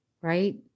right